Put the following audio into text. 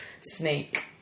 snake